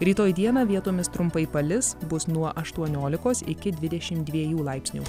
rytoj dieną vietomis trumpai palis bus nuo aštuoniolikos iki dvidešimt dviejų laipsnių